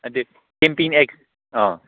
ꯑꯗꯨ ꯑꯥ